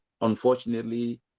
unfortunately